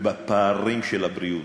ובפערים בבריאות,